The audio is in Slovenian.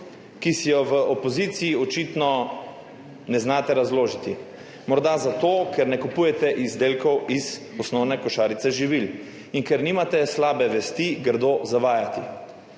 ki si je v opoziciji očitno ne znate razložiti. Morda zato, ker ne kupujete izdelkov iz osnovne košarice živil in ker nimate slabe vesti grdo zavajati.